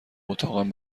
اتاقم